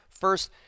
first